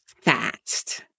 fast